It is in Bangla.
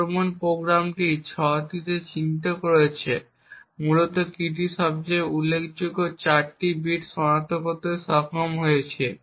আক্রমণ প্রোগ্রামটি 6টি চিহ্নিত করেছে মূলত কীটির সবচেয়ে উল্লেখযোগ্য 4 বিট সনাক্ত করতে সক্ষম হয়েছে